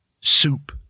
Soup